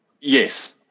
yes